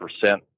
percent